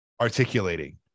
articulating